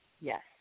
Yes